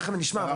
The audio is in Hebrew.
תכף נשמע,